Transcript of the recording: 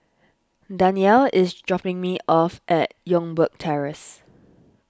Danyell is dropping me off at Youngberg Terrace